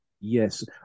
Yes